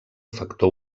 factor